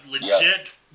legit